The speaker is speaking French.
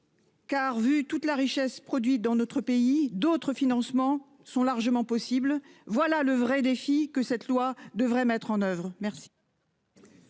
regard de toute la richesse produite dans notre pays, d'autres financements sont largement possibles. Voilà le vrai défi que ce texte devrait relever